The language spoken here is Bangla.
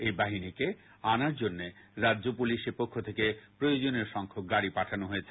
এই বাহিনীকে আনার জন্য রাজ্য পুলিশের পক্ষ থেকে প্রয়োজনীয় সংখ্যক গাড়ি পাঠানো হয়েছে